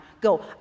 go